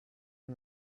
and